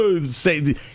say